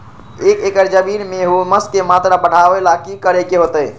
एक एकड़ जमीन में ह्यूमस के मात्रा बढ़ावे ला की करे के होतई?